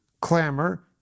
clamor